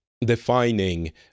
defining